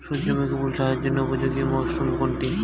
সূর্যমুখী ফুল চাষের জন্য উপযোগী মরসুম কোনটি?